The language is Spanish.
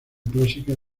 clásica